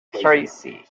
tracy